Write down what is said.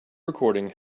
recording